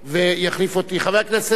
חבר הכנסת יצחק וקנין,